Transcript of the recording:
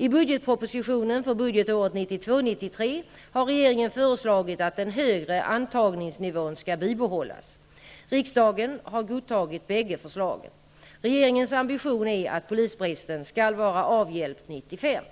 I budgetpropositionen för budgetåret 1992/93 har regeringen föreslagit att den högre antagningsnivån skall bibehållas. Riksdagen har godtagit bägge förslagen. Regeringens ambition är att polisbristen skall vara avhjälpt år 1995.